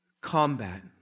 combat